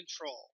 control